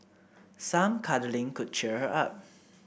some cuddling could cheer her up